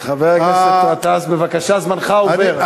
חבר הכנסת גטאס, בבקשה, זמנך עובר.